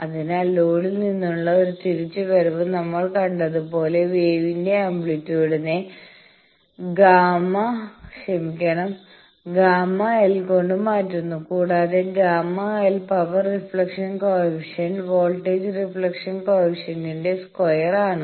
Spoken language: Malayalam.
അതിനാൽ ലോഡിൽ നിന്നുള്ള ഒരു തിരിച്ചു വരവ് നമ്മൾ കണ്ടതുപോലെ വേവിന്റെ ആംപ്ലിറ്റ്യൂഡ്നെ ΓL കൊണ്ട് മാറ്റുന്നു കൂടാതെ ΓL power reflection coefficient voltage reflection കോയെഫിഷ്യന്റിന്റെ സ്ക്വയർ ആണ്